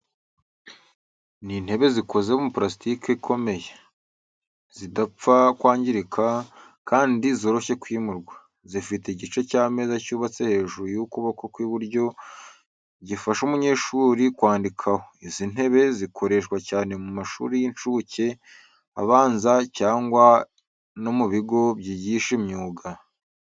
Ni intebe zikoze mu parasitike ikomeye, zidapfa kwangirika, kandi zoroshye kwimurwa. zifite igice cy’ameza cyubatswe hejuru y’ukuboko kw’iburyo, gifasha umunyeshuri kwandikaho. Izi ntebe zikoreshwa cyane mu mashuri y’incuke, abanza, cyangwa no mu bigo byigisha imyuga.